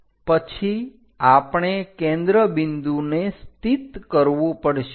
પછી આપણે કેન્દ્ર બિંદુને સ્થિત કરવું પડશે